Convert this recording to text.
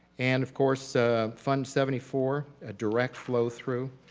and of course ah fund seventy four, a direct flow through,